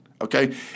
Okay